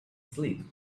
sleep